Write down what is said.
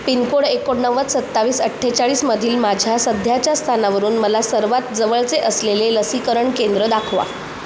pin code एकोणनव्वद सत्तावीस अठ्ठेचाळीसमधील माझ्या सध्याच्या स्थानावरून मला सर्वात जवळचे असलेले लसीकरण केंद्र दाखवा